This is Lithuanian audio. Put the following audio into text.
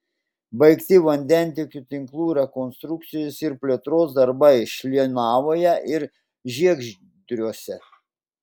baigti vandentiekio tinklų rekonstrukcijos ir plėtros darbai šlienavoje ir žiegždriuose